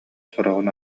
сороҕун